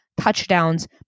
touchdowns